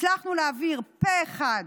הצלחנו להעביר פה אחד